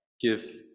give